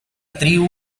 tribu